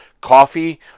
coffee